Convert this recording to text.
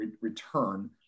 return